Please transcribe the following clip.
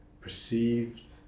perceived